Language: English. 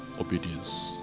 obedience